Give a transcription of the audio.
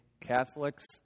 Catholics